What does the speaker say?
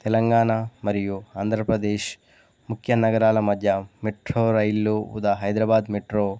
తెలంగాణ మరియు ఆంధ్రప్రదేశ్ ముఖ్య నగరాల మధ్య మెట్రో రైళ్లు ఉదా హైదరాబాద్ మెట్రో